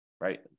right